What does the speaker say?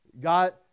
God